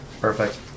Perfect